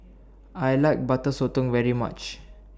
I like Butter Sotong very much